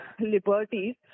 liberties